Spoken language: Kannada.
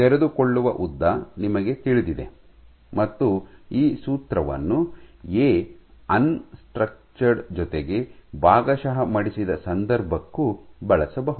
ತೆರೆದುಕೊಳ್ಳುವ ಉದ್ದ ನಿಮಗೆ ತಿಳಿದಿದೆ ಮತ್ತು ಈ ಸೂತ್ರವನ್ನು ಎ ಅನ್ ಸ್ಟ್ರಕ್ಚರ್ಡ್ ಜೊತೆಗೆ ಭಾಗಶಃ ಮಡಿಸಿದ ಸಂದರ್ಭಕ್ಕೂ ಬಳಸಬಹುದು